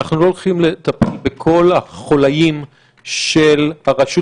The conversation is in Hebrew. אנחנו לא הולכים לטפל בכל החוליים של הרשות